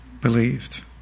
believed